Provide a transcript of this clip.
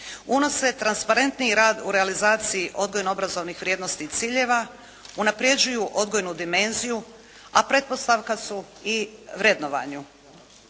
unose transparentniji rad u realizaciji odgojno obrazovnih vrijednosti i ciljeva, unapređuju odgojnu dimenziju, a pretpostavka su i vrednovanju.